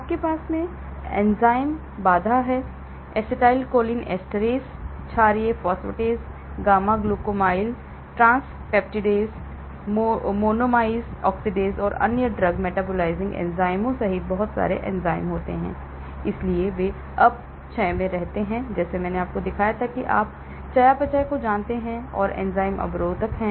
आपके पास एंजाइमी बाधा है एसिटाइलकोलाइनरेज़ क्षारीय phosphatase gamma glutamyl transpeptidase monoamine oxidase और अन्य ड्रग मेटाबोलाइज़िंग एंजाइमों सहित बहुत सारे एंजाइम होते हैं इसलिए वे अपक्षय में रहते हैं जैसे मैंने आपको दिखाया था कि आप चयापचय को जानते हैं जो एंजाइमी अवरोधक है